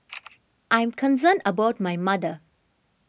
I am concerned about my mother